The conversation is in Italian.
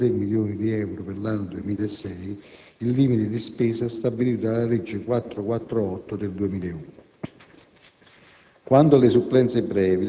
che ha elevato di 63 milioni di euro per l'anno 2006 il limite di spesa stabilito dalla legge n. 448 del 2001.